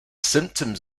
symptoms